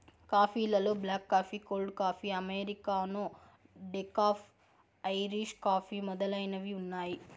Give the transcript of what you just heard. coffee లలో black coffee, cold coffee, americano, decaf, Irish coffee మొదలైనవి ఉన్నాయి